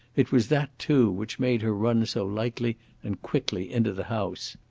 it was that, too, which made her run so lightly and quickly into the house.